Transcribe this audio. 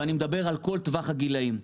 ואני מדבר על כל טווח הגילאים.